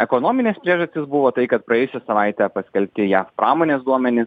ekonominės priežastys buvo tai kad praėjusią savaitę paskelbti jav pramonės duomenys